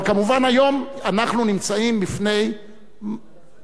אבל מובן שהיום אנחנו נמצאים בפני מציאות,